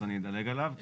אז אני אדלג עליו.